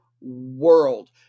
world